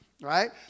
right